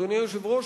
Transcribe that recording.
אדוני היושב-ראש,